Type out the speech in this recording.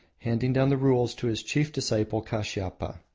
handing down the rules to his chief disciple kashiapa.